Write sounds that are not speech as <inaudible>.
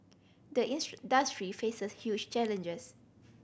the <unintelligible> faces huge challenges